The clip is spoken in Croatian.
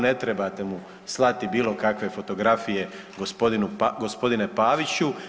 Ne trebate mu slati bilo kakve fotografije gospodine Paviću.